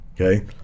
Okay